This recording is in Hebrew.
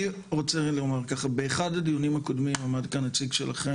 אני רוצה לומר ככה: באחד הדיונים הקודמים עמד כאן נציג שלכם